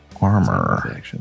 armor